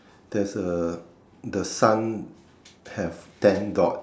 there's a the sun have ten dots